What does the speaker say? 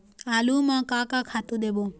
आलू म का का खातू देबो?